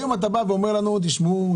היום אתה בא ואומר לנו: תשמעו,